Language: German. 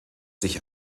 sich